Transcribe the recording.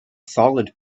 solid